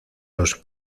los